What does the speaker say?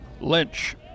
Lynch